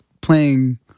playing